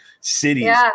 cities